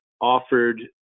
offered